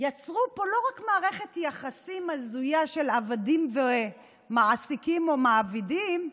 יצרו פה לא רק מערכת יחסים הזויה של עבדים ומעסיקים או מעבידים,